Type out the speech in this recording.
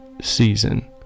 season